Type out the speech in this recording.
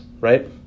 right